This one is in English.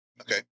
Okay